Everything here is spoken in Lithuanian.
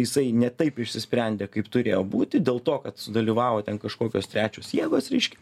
jisai ne taip išsisprendė kaip turėjo būti dėl to kad sudalyvavo ten kažkokios trečios jėgos reiškia